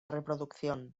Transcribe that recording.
reproducción